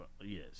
Yes